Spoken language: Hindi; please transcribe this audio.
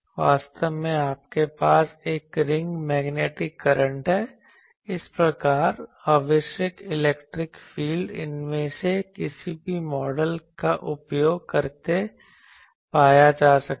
वास्तव में आपके पास एक रिंग मैग्नेटिक करंट है इस प्रकार आवश्यक इलेक्ट्रिक फील्ड इनमें से किसी भी मॉडल का उपयोग करके पाया जा सकता है